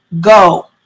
Go